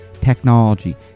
technology